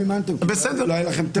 אתם מימנתם כי לא היה לכם תקן.